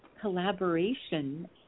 collaboration